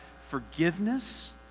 forgiveness